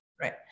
Right